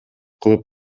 кылып